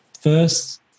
first